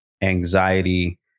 anxiety